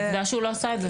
עובדה שהוא לא עשה את זה.